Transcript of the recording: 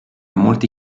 molti